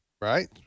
right